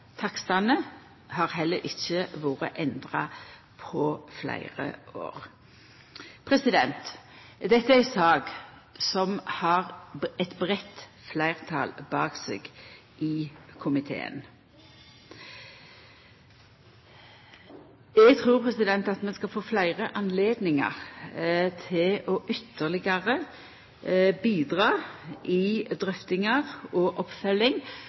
Takstane har heller ikkje vore endra på fleire år. Dette er ei sak som har eit breitt fleirtal bak seg i komiteen. Eg trur at vi skal få fleire høve til ytterlegare å bidra i drøftingar og oppfølging